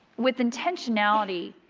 with intentionality,